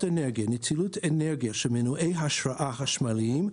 אנרגיה (נצילות אנרגיה של מנועי השראה חשמליים),